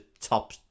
top